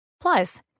Plus